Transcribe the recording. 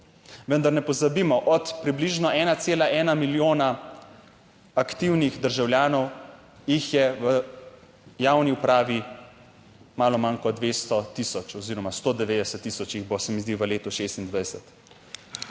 Vendar ne pozabimo, od približno 1,1 milijona aktivnih državljanov jih je v javni upravi malo manj kot 200 tisoč oziroma 190 tisoč jih bo, se mi zdi, v letu 2026.